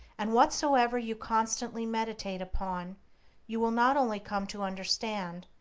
and whatsoever you constantly meditate upon you will not only come to understand,